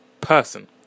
person